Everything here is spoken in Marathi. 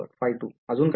फाय टू अजून काही